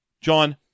John